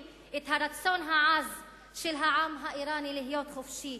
את הרצון העז של העם האירני להיות חופשי.